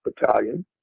battalion